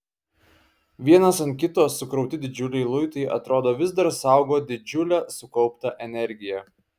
vienas ant kito sukrauti didžiuliai luitai atrodo vis dar saugo didžiulę sukauptą energiją